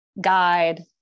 guide